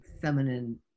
feminine